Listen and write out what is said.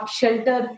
shelter